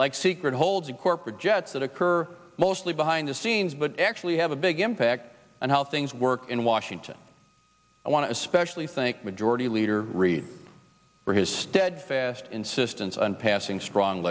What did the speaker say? like secret holds of corporate jets that occur mostly behind the scenes but actually have a big impact on how things work in washington i want to especially think majority leader reid for his steadfast insistence on passing strong